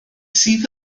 sydd